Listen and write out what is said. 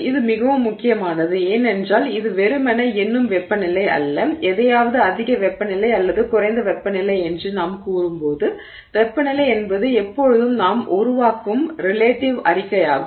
இது மிகவும் முக்கியமானது ஏனென்றால் இது வெறுமனே எண்ணும் வெப்பநிலை அல்ல எதையாவது அதிக வெப்பநிலை அல்லது குறைந்த வெப்பநிலை என்று நாம் கூறும்போது வெப்பநிலை என்பது எப்போதும் நாம் உருவாக்கும் ரிலேடிவ் அறிக்கையாகும்